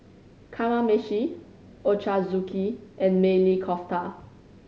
Kamameshi Ochazuke and Maili Kofta